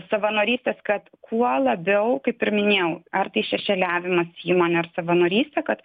savanorystės kad kuo labiau kaip ir minėjau ar tai šešėliavimas įmonėj savanorystė kad